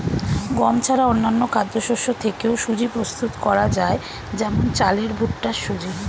গম ছাড়া অন্যান্য খাদ্যশস্য থেকেও সুজি প্রস্তুত করা যায় যেমন চালের ভুট্টার সুজি